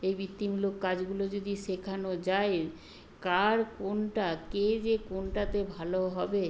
এই বৃত্তিমূলক কাজগুলো যদি শেখানো যায় কার কোনটা কে যে কোনটাতে ভালো হবে